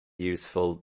useful